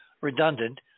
redundant